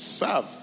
serve